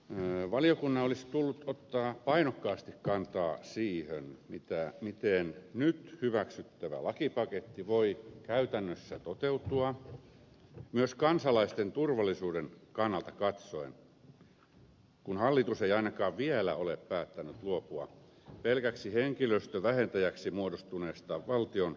valiokunnan olisi tullut ottaa painokkaasti kantaa siihen miten nyt hyväksyttävä lakipaketti voi käytännössä toteutua myös kansalaisten turvallisuuden kannalta katsoen kun hallitus ei ainakaan vielä ole päättänyt luopua pelkäksi henkilöstövähentäjäksi muodostuneesta valtion tuottavuusohjelmasta